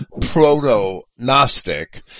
proto-gnostic